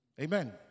Amen